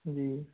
जी